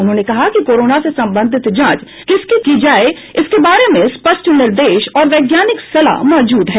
उन्होंने कहा कि कोरोना से संबंधित जांच किसकी की जाए इस बारे में स्पष्ट निर्देश और वैज्ञानिक सलाह मौजूद है